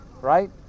right